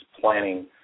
planning